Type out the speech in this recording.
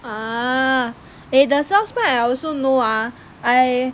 ah eh the south spine I also know ah I